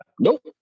Nope